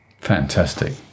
Fantastic